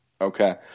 Okay